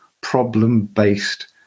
problem-based